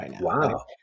Wow